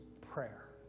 prayer